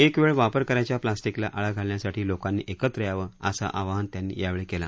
एक वेळ वापर करायच्या प्लास्टिकला आळा घालण्यासाठी लोकांनी एकत्र यावं असं आवाहन त्यांनी यावेळी केलं